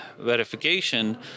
verification